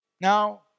Now